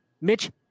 Mitch